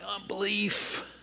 unbelief